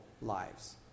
lives